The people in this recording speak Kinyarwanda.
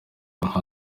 nyinshi